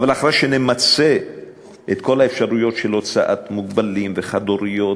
אבל אחרי שנמצה את כל האפשרויות של הוצאת מוגבלים וחד-הוריות